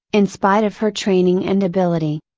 in spite of her training and ability.